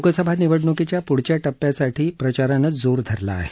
लोकसभा निवडण्कीच्या प्ढच्या टप्प्यासाठी प्रचारानं जोर धरला आहे